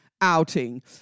outing